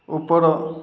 ଉପର